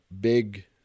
big